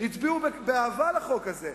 הצביעו באהבה לחוק הזה,